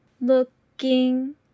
looking